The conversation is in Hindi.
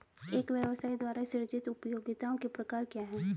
एक व्यवसाय द्वारा सृजित उपयोगिताओं के प्रकार क्या हैं?